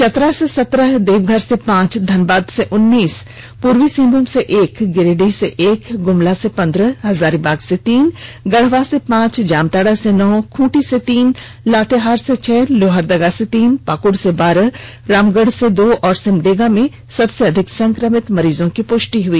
चतरा से सत्रह देवघर से पांच धनबाद से उन्नीस पूर्वी सिंहभूम से एक गिरीडीह से एक गुमला से पन्द्रह हजारीबाग से तीन गढ़वा से पांच जामताड़ा से नौ खूटी से तीन लातेहार से छह लोहरदगा से तीन पाकुड़ से बारह रामगढ़ से दो और सिमडेगा में सबसे अधिक संक्रमित मरीजों की पुष्टि हुई